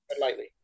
lightly